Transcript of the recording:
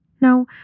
No